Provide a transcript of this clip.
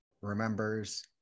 remembers